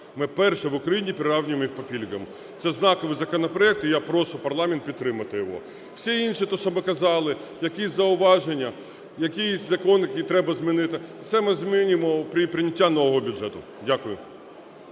Ми вперше в Україні прирівнюємо їх по пільгах. Це знаковий законопроект, і я прошу парламент підтримати його, всі інші, те, що ми казали, якісь зауваження, якісь закони, які треба змінити, це ми змінимо при прийнятті нового бюджету. Дякую.